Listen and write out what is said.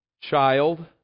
Child